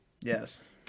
Yes